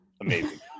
Amazing